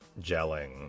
gelling